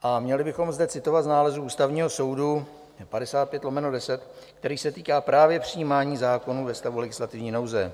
A měli bychom zde citovat z nálezu Ústavního soudu 55/10, který se týká právě přijímání zákonů ve stavu legislativní nouze.